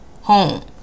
home